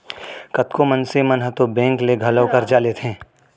कतको मनसे मन ह तो बेंक ले घलौ करजा लेथें